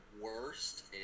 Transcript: worst